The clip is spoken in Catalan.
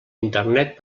internet